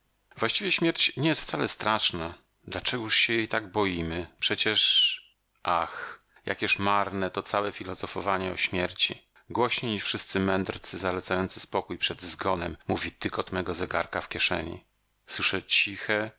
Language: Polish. właściwie śmierć nie jest wcale straszna dlaczegóż się jej tak boimy przecież ach jakież jest marne to całe filozofowanie o śmierci głośniej niż wszyscy mędrcy zalecający spokój przed zgonem mówi tykot mego zegarka w kieszeni słyszę ciche